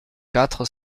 quatre